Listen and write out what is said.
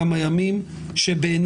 מעבר לכך חשוב להגיד לגבי נושא הפיצויים,